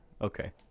Okay